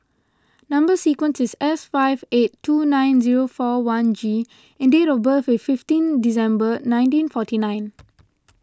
Number Sequence is S five eight two nine zero four one G and date of birth is fifteen December nineteen forty nine